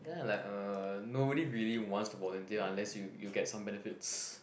then I like uh nobody really wants to volunteer unless you you get some benefits